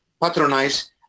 patronize